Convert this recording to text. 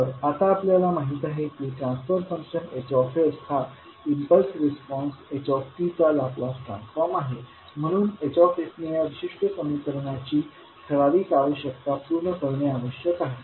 तर आता आपल्याला माहित आहे कि ट्रान्सफर फंक्शन H हा इम्पल्स रिस्पॉन्स h चा लाप्लास ट्रान्सफॉर्म आहे म्हणून H ने या विशिष्ट समीकरणाची ठराविक आवश्यकता पूर्ण करणे आवश्यक आहे